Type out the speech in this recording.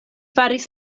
faris